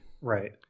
right